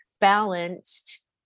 balanced